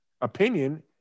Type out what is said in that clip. opinion